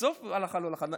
עזוב הלכה, לא הלכה.